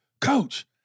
Coach